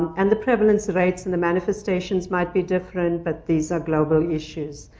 and the prevalence rates. and the manifestations might be different, but these are global issues.